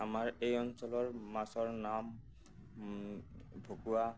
আমাৰ এই অঞ্চলৰ মাছৰ নাম ভকুৱা